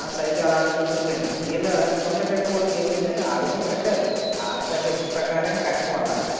ఆ సైటు అలాగే ఉండిపోయింది వీళ్ళ కొత్తగా కట్టిన వాళ్ళది ఏమైందంటే వాళ్ళు కూడా కట్టారు వాళ్ళ సరిహద్దు ప్రకారం కట్టడం వల్ల